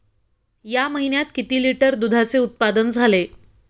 या महीन्यात किती लिटर दुधाचे उत्पादन झाले?